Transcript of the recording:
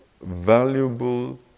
valuable